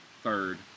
third